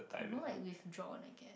more like withdrawn I